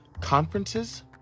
conferences